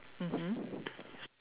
mmhmm